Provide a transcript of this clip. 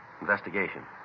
Investigation